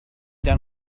down